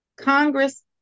Congress